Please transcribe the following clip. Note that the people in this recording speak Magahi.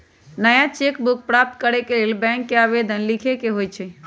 नया चेक बुक प्राप्त करेके लेल बैंक के आवेदन लीखे के होइ छइ